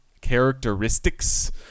characteristics